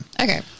Okay